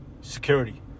Security